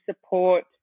support